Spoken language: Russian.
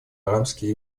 арабские